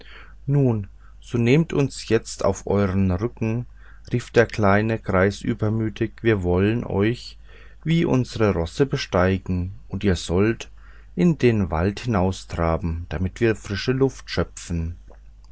nun so nehmt uns jetzt auf euren rücken riefen die kleinen greise übermütig wir wollen euch wie unsre rosse besteigen und ihr sollt in den wald hinaustraben damit wir frische luft schöpfen